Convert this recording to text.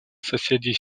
соседей